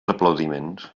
aplaudiments